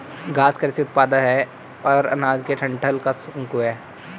घास कृषि उपोत्पाद है और अनाज के डंठल का शंकु है